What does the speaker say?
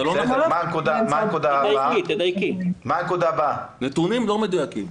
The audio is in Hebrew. הנתונים לא מדויקים.